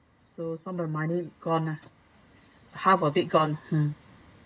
so some of the money gone lah half of it gone uh